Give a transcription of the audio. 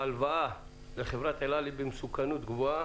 ההלוואה לחברת אל על היא במסוכנות גבוהה